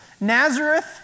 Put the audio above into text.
Nazareth